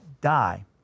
die